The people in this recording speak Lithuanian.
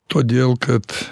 todėl kad